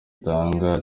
itanga